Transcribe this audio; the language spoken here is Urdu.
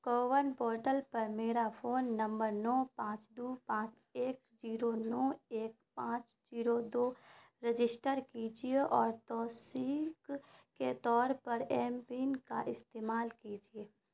کوون پورٹل پر میرا فون نمبر نو پانچ دو پانچ ایک جیرو نو ایک پانچ جیرو دو رجسٹر کیجیے اور توثیق کے طور پر ایم پن کا استعمال کیجیے